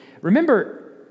Remember